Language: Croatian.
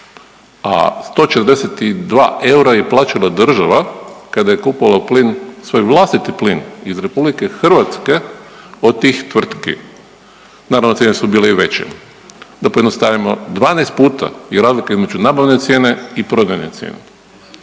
a 142 eura je plaćala država kada je kupovala plin, svoj vlastiti plin iz Republike Hrvatske od tih tvrtki. Naravno cijene su bile i veće. Da pojednostavimo 12 puta je razlika između nabavne cijene i prodajne cijene.